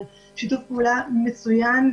על שיתוף פעולה מצוין,